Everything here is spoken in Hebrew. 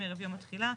ערב יום התחילה,